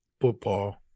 football